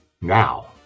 Now